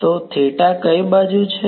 તો કઈ બાજુ છે